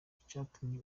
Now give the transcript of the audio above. icatumye